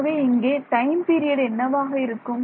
ஆகவே இங்கே time period என்னவாக இருக்கும்